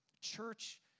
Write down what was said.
Church